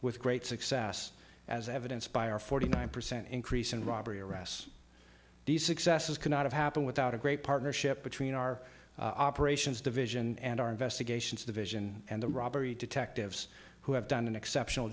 with great success as evidenced by our forty nine percent increase in robbery arrests these successes cannot happen without a great partnership between our operations division and our investigations division and the robbery detectives who have done an exceptional